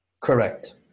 correct